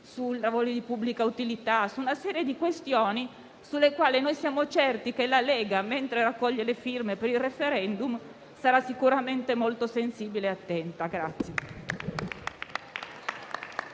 sui lavori di pubblica utilità e su una serie di questioni alle quali siamo certi che la Lega, mentre raccoglie le firme per il *referendum*, sarà sicuramente molto sensibile e attenta.